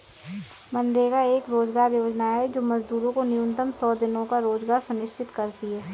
मनरेगा एक रोजगार योजना है जो मजदूरों को न्यूनतम सौ दिनों का रोजगार सुनिश्चित करती है